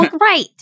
Right